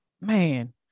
Man